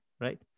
right